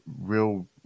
real